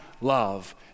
love